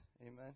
Amen